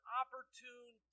opportune